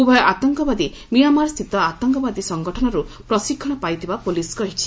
ଉଭୟ ଆତଙ୍କବାଦୀ ମିଆଁମାର୍ ସ୍ଥିତ ଆତଙ୍କବାଦୀ ସଂଗଠନରୁ ପ୍ରଶିକ୍ଷଣ ପାଇଥିବା ପ୍ରପଲିସ୍ କହିଛି